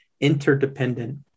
interdependent